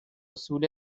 حصول